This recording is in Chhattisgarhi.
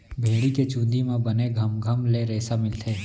भेड़ी के चूंदी म बने घमघम ले रेसा मिलथे